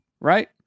Right